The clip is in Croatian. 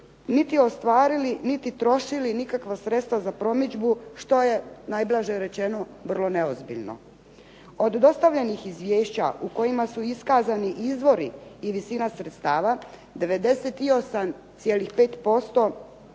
niti ostvarili niti trošili nikakva sredstva za promidžbu što je najblaže rečeno vrlo neozbiljno. Od dostavljenih izvješća u kojima su iskazani izvori i visina sredstava 98,5%